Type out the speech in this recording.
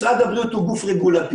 משרד הבריאות הוא גוף רגולטיבי,